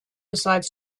decides